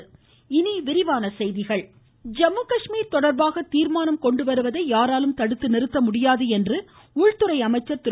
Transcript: ஜம்மு காஷ்மீர் ஜம்மு காஷ்மீர் தொடர்பாக தீர்மானம் கொண்டு வருவதை யாராலும் தடுத்து நிறுத்த முடியாது என்று உள்துறை அமைச்சர் திரு